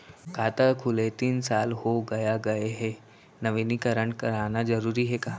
खाता खुले तीन साल हो गया गये हे नवीनीकरण कराना जरूरी हे का?